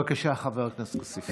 בבקשה, חבר הכנסת כסיף.